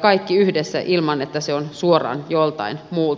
kaikki yhdessä ilman että se on suoraan joltain muulta pois